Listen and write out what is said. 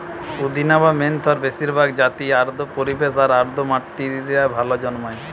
পুদিনা বা মেন্থার বেশিরভাগ জাতিই আর্দ্র পরিবেশ আর আর্দ্র মাটিরে ভালা জন্মায়